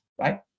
right